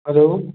hello